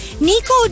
Nico